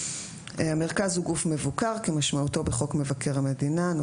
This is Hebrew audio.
המרכז הוא גוף מבוקר כמשמעותו בחוק מבקר המדינה ,